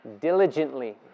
diligently